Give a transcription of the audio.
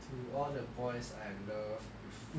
to all the boys I loved before